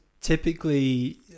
typically